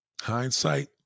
Hindsight